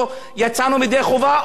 או אנחנו עשינו לך טובה,